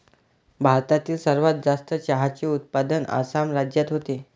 भारतातील सर्वात जास्त चहाचे उत्पादन आसाम राज्यात होते